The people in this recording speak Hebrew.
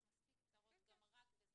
יש מספיק צרות גם רק בזה,